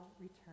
return